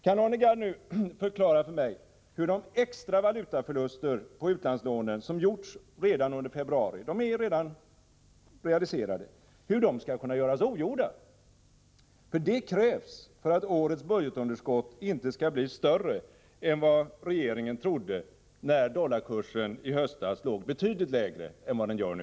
Kan Arne Gadd nu förklara för mig hur de extra valutaförluster på utlandslånen som gjorts under februari — de är alltså redan nu realiserade — skall kunna göras ogjorda? Detta krävs nämligen för att årets budgetunderskott inte skall bli större än regeringen trodde i höstas när dollarkursen låg betydligt lägre än den gör nu.